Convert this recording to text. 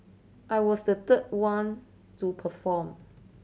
I was the third one to perform